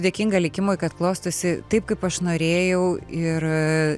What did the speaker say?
dėkinga likimui kad klostosi taip kaip aš norėjau ir